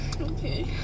Okay